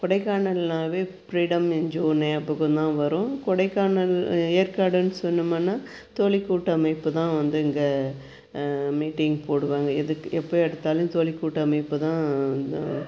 கொடைக்கானல்னாவே freedom NGO ஞாபகந்தான் வரும் கொடைக்கானல் ஏற்காடுனு சொன்னமுன்னால் தொழில்கூட்டமைப்புதான் வந்து இங்கே மீட்டிங் போடுவாங்கள் இதுக்கு எப்போ எடுத்தாலும் தொழில்கூட்டமைப்புதான் வந்து